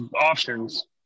options